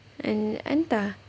en~ entah